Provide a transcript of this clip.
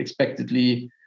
expectedly